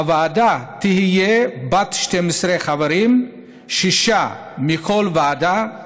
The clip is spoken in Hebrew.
הוועדה תהיה בת 12 חברים, שישה מכל ועדה,